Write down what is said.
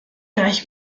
gleich